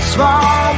Small